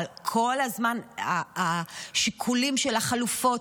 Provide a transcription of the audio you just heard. אבל כל הזמן השיקולים של החלופות,